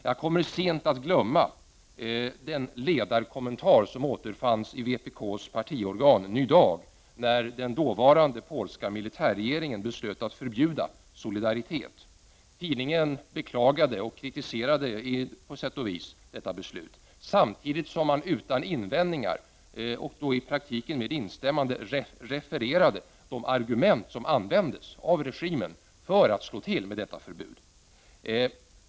Jag kommer sent att glömma den ledarkommentar som återfanns i vpk:s partiorgan Ny Dag när dåvarande polska militärregeringen beslöt att förbjuda Solidaritet. Tidningen beklagade och kritiserade på sätt och vis detta beslut — samtidigt som man utan invändningar, i praktiken med instämmande, refererade de argument som användes av regimen för att slå till med detta förbud.